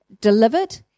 delivered